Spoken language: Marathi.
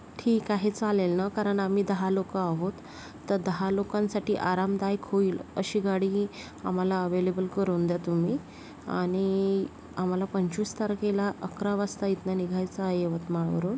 ठीक आहे चालेल ना कारण आम्ही दहा लोकं आहोत तर दहा लोकांसाठी आरामदायक होईल अशी गाडी ही आम्हाला अव्हेलेबल करून द्या तुम्ही आणि आम्हाला पंचवीस तारखेला अकरा वाजता इथनं निघायचं आहे यवतमाळवरून